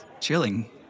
Chilling